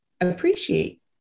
appreciate